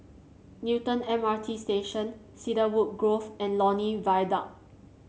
Newton M R T Station Cedarwood Grove and Lornie Viaduct